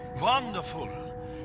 Wonderful